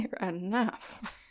enough